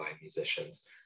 musicians